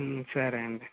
సరే అండి